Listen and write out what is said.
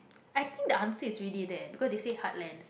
I think the answer is already there because they say hard lens